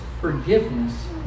forgiveness